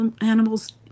animals